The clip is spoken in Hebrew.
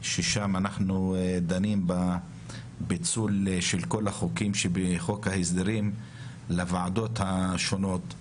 שם דנים בפיצול של כל החוקים שבחוק ההסדרים לוועדות השונות.